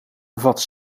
bevat